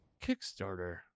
Kickstarter